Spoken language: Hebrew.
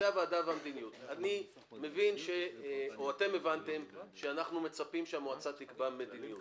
אתם הבנתם שאנחנו מצפים שהוועדה תקבע מדיניות.